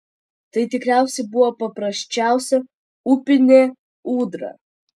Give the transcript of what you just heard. tai tikriausiai buvo paprasčiausia upinė ūdra